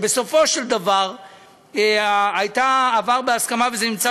ובסופו של דבר זה עבר בהסכמה וזה נמצא